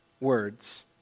words